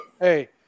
Hey